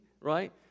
right